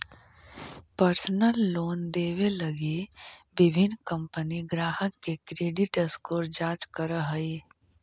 personal loan देवे लगी विभिन्न कंपनि ग्राहक के क्रेडिट स्कोर जांच करऽ हइ